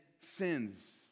sins